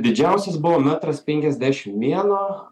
didžiausias buvo metras penkiasdešim vieno